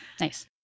Nice